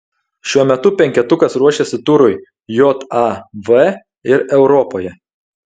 šiuo metu penketukas ruošiasi turui jav ir europoje